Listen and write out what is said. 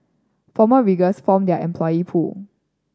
former riggers form their employee pool